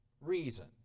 reason